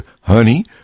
honey